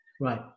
Right